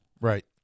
Right